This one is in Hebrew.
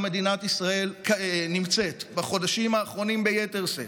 מדינת ישראל נמצאת בחודשים האחרונים ביתר שאת,